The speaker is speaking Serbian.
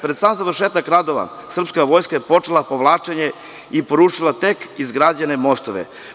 Pred sam završetak radova, srpska vojska je počela povlačenje i porušila tek izgrađene mostove.